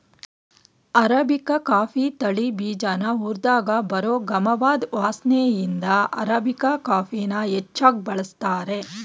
arabica coffee ತಳಿ ಬೀಜನ ಹುರ್ದಾಗ ಬರೋ ಗಮವಾದ್ ವಾಸ್ನೆಇಂದ ಅರಾಬಿಕಾ ಕಾಫಿನ ಹೆಚ್ಚಾಗ್ ಬಳಸ್ತಾರೆ